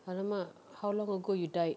!alamak! how long ago you died